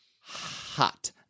hot